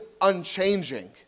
unchanging